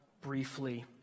briefly